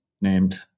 named